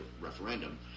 referendum